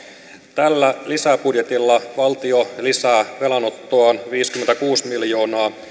tällä lisäbudjetilla valtio lisää velanottoa viisikymmentäkuusi miljoonaa